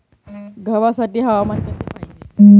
गव्हासाठी हवामान कसे पाहिजे?